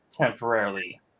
temporarily